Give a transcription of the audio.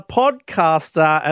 podcaster